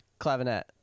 Clavinet